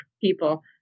people